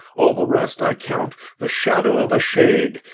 all the rest i count the shadow of a shade,